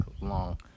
long